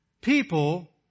people